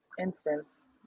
instance